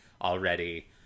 already